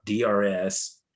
DRS